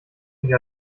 nicht